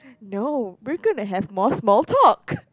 no we're going to have more small talk